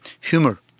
humor